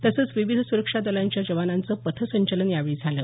तसंच विविध सुरक्षा दलांच्या जवानांचं पथसंचलन यावेळी झालं